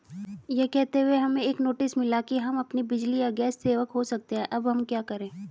हमें यह कहते हुए एक नोटिस मिला कि हम अपनी बिजली या गैस सेवा खो सकते हैं अब हम क्या करें?